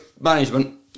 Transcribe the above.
management